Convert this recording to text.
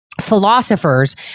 philosophers